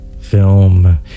film